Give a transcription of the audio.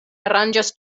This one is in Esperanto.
aranĝas